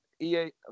EA